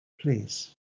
Please